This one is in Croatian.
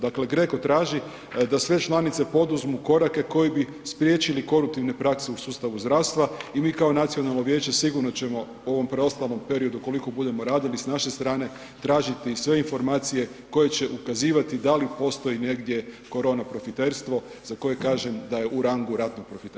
Dakle, GRECO traži da sve članice da sve članice poduzmu korake koji bi spriječili koruptivne prakse u sustavu zdravstva i mi kao nacionalno vijeće sigurno ćemo u ovom preostalom periodu koliko budemo radili s naše strane tražiti sve informacije koje će ukazivati da li postoji negdje korona profiterstvo za koje kažem da je u rangu ratnog profiterstva.